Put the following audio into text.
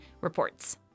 reports